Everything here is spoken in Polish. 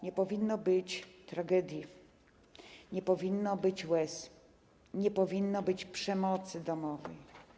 Nie powinno być tragedii, nie powinno być łez, nie powinno być przemocy domowej.